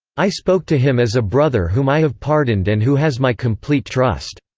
i spoke to him as a brother whom i have pardoned and who has my complete trust.